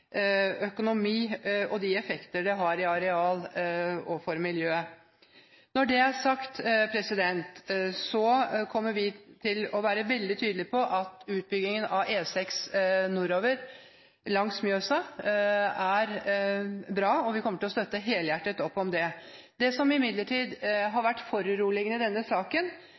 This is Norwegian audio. økonomi og de effekter det har på areal og på miljøet. Når det er sagt, kommer vi til å være veldig tydelige på at utbyggingen av E6 nordover langs Mjøsa er bra, og vi kommer til å støtte helhjertet opp om det. Det som imidlertid har vært foruroligende i denne saken,